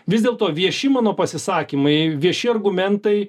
vis dėlto vieši mano pasisakymai vieši argumentai